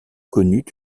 connut